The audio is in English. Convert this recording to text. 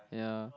ya